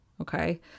okay